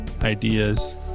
ideas